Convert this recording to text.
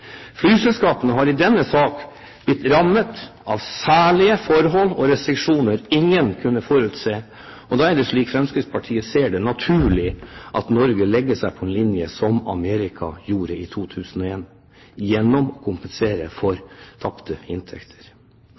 Flyselskapene har i denne saken blitt rammet av særlige forhold og restriksjoner ingen kunne forutse. Da er det slik Fremskrittspartiet ser det, naturlig at Norge legger seg på en linje som Amerika gjorde i 2001, gjennom å kompensere for tapte inntekter.